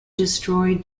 destroyed